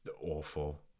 awful